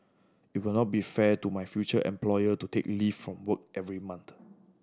it will not be fair to my future employer to take leave from work every month